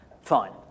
Fine